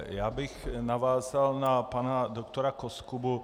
Já bych navázal na pana doktora Koskubu.